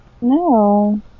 No